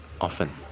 often